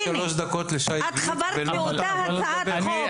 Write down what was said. את חברת לאותה הצעת חוק.